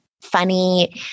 funny